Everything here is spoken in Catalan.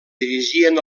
dirigien